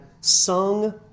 sung